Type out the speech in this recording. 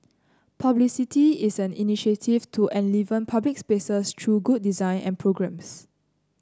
Publicity is an initiative to enliven public spaces through good design and programmes